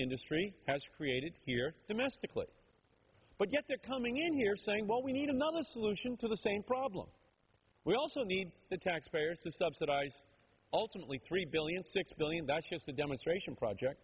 industry has created here domestically but yet they're coming in here saying well we need another solution to the same problem we also need the taxpayers to subsidize ultimately three billion six billion that's just a demonstration project